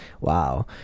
wow